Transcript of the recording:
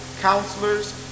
counselors